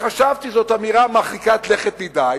וחשבתי שזאת אמירה מרחיקה לכת מדי,